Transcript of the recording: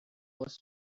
was